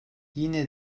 yine